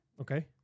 Okay